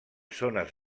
zones